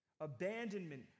Abandonment